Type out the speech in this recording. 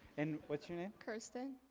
and what's your name? kirsten.